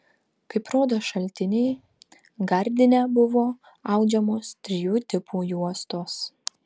kaip rodo šaltiniai gardine buvo audžiamos trijų tipų juostos